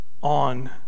on